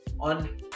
on